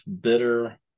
bitter